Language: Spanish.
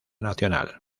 nacional